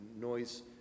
noise